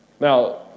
Now